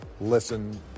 listen